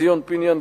ציון פיניאן,